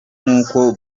nk’uko